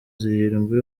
zirindwi